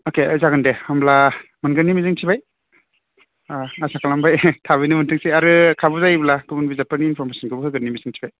अके जागोन दे होमब्ला मोनगोननि मिजिंथिबाय आह आसा खालामबाय थाबैनो मोनथोंसै आरो खाबु जायोब्ला गुबुन बिजाबफोरनि इमफरमिसनखौ होगोननि मिजिंथिबाय